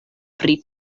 pri